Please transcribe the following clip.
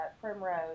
Primrose